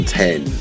ten